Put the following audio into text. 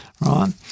right